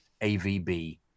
AVB